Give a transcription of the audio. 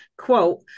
Quote